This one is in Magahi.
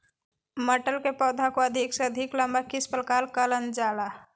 मटर के पौधा को अधिक से अधिक लंबा किस प्रकार कारण जाला?